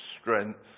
strength